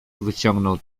wyciągnął